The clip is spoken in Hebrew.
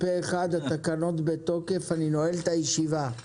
פה אחד, התקנות בתוקף, אני נועל את הישיבה.